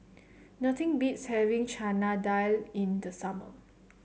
nothing beats having Chana Dal in the summer